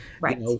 Right